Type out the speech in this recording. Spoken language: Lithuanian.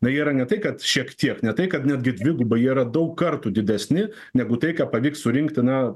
na yra ne tai kad šiek tiek ne tai kad netgi dvigubai yra daug kartų didesni negu tai ką pavyks surinkti na